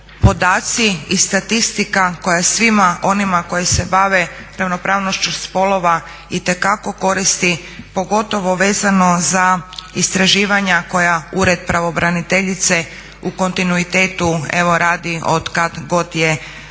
podatci i statistika koja je svima onima koji se bave ravnopravnošću spolova itekako koristi pogotovo vezano za istraživanja koja Ured pravobraniteljice u kontinuitetu evo radi od kad god je